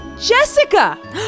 Jessica